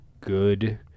good